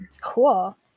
Cool